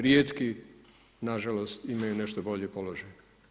Rijetki nažalost imaju nešto bolji položaj.